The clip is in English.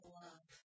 love